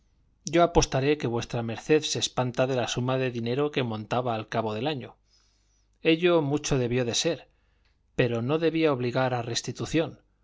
yo apostaré que v md se espanta de la suma de dinero que montaba al cabo del año ello mucho debió de ser pero no debía obligar a restitución